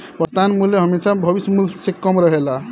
वर्तमान मूल्य हेमशा भविष्य मूल्य से कम रहेला